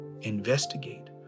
Investigate